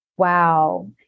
Wow